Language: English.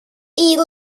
eel